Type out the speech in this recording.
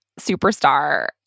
superstar